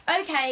okay